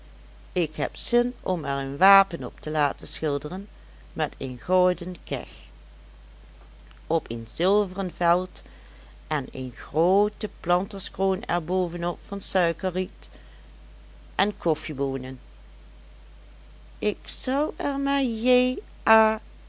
ik heb zin om er een wapen op te laten schilderen met een gouden keg op een zilveren veld en een groote planterskroon er bovenop van suikerriet en koffieboonen ik zou er